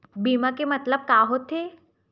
बीमा के मतलब का होथे?